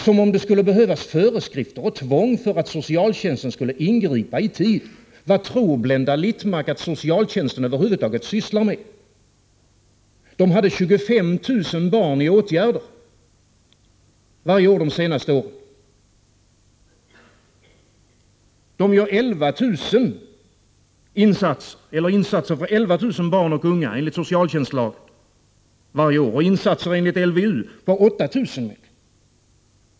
Som om det skulle behövas föreskrifter och tvång för att socialtjänsten skulle ingripa i tid! Vad tror Blenda Littmarck att socialtjänsten över huvud taget sysslar med? Den har haft 25 000 barn i åtgärder varje år de senaste åren. Den gör insatser för 11 000 barn och unga enligt socialtjänstlagen varje år och insatser enligt LVU för 8 000.